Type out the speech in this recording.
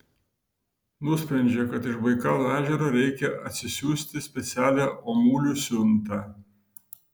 nusprendžia kad iš baikalo ežero reikia atsisiųsti specialią omulių siuntą